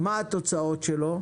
מה התוצאות שלו,